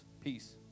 Peace